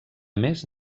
més